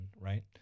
right